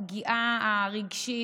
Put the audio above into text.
הפגיעה הרגשית,